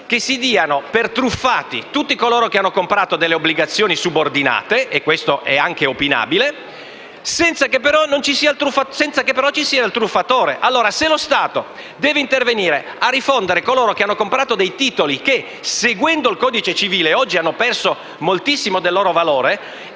che si diano per truffati tutti coloro che hanno comprato delle obbligazioni subordinate - e questo è anche opinabile - senza che però ci sia il truffatore. Se lo Stato deve intervenire a rifondere coloro che hanno comprato dei titoli che, seguendo il codice civile, oggi hanno perso moltissimo del loro valore,